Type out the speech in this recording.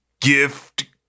gift